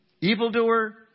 evildoer